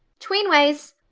tweenwayes!